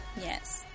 Yes